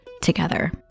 together